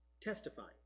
Testifying